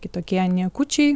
kitokie niekučiai